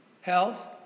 health